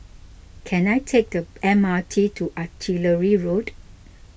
can I take the M R T to Artillery Road